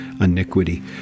iniquity